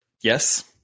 Yes